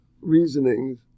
reasonings